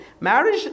Marriage